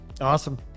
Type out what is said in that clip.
Awesome